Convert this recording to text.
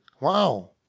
wow